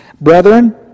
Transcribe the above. Brethren